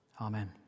Amen